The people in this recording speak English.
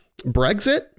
Brexit